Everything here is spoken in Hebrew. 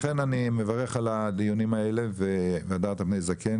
לכן אני מברך על הדיונים האלה ו-"הדרת פני זקן".